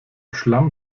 schlamm